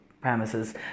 premises